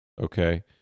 okay